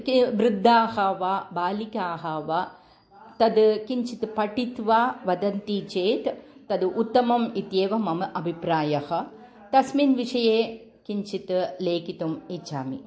के वृद्धाः वा बालिकाः वा तद् किञ्चित् पठित्वा वदन्ति चेत् तद् उत्तमम् इत्येव मम अभिप्रायः तस्मिन् विषये किञ्चित् लेखितुम् इच्छामि